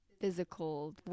physical